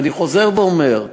ואני חוזר ואומר,